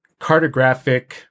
cartographic